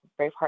Braveheart